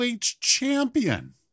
champion